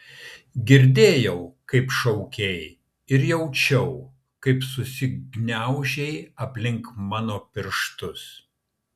girdėjau kaip šaukei ir jaučiau kaip susigniaužei aplink mano pirštus